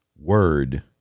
word